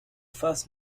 first